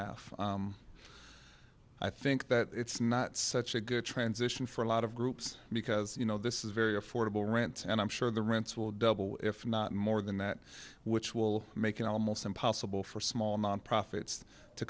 half i think that it's not such a good transition for a lot of groups because you know this is very affordable rent and i'm sure the rents will double if not more than that which will make it almost impossible for small non profits to